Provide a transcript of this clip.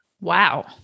Wow